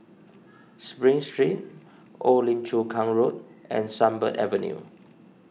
Spring Street Old Lim Chu Kang Road and Sunbird Avenue